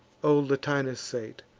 old latinus sate